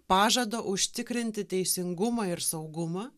pažado užtikrinti teisingumą ir saugumą